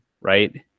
right